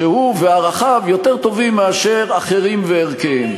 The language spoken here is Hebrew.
שהוא וערכיו יותר טובים מאשר אחרים וערכיהם.